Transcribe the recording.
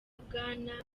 bwana